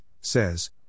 says